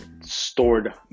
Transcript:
stored